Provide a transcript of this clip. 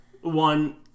one